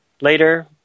Later